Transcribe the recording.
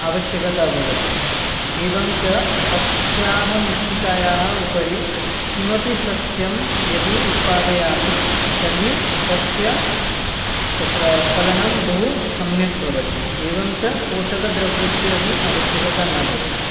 आवश्यकता भवति एवं च अस्याः मृत्तिकायाः उपरि किमपि सस्यं यदि उत्पादयामि तर्हि तस्य तत्र फलनं बहु सम्यक् भवति एवं च पोषकद्रव्यस्य अपि आवश्यकता न भवति